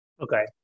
Okay